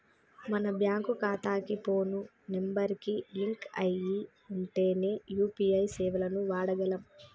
మన బ్యేంకు ఖాతాకి phone number కి లింక్ అయ్యి ఉంటేనే యూ.పీ.ఐ సేవలను వాడగలం